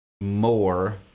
more